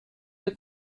für